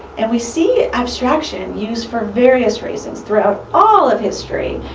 and we see abstraction used for various reasons throughout all of history,